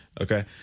okay